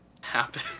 happen